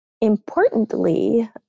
importantly